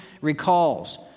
recalls